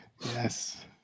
Yes